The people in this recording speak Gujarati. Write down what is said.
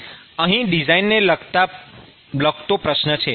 અહીં ડિઝાઇનને લાગતો પ્રશ્ન છે